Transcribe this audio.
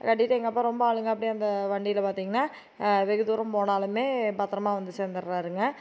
கட்டிவிட்டு எங்கள் அப்பா ரொம்ப அப்படியே அந்த வண்டியில பார்த்திங்கன்னா வெகு தூரம் போனாலுமே பத்தரமாக வந்து சேர்ந்துர்றாருங்க